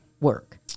work